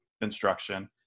instruction